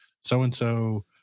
so-and-so